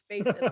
Space